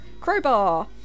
Crowbar